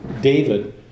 David